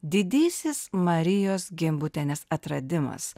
didysis marijos gimbutienės atradimas